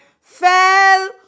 fell